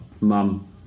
mum